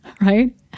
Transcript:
right